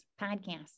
Podcast